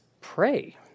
pray